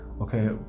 okay